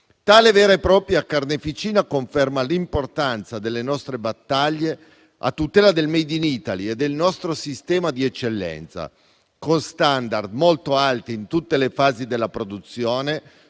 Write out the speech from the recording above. Tale vera e propria carneficina conferma l'importanza delle nostre battaglie a tutela del *made in Italy* e del nostro sistema di eccellenza, con *standard* molto alti in tutte le fasi della produzione,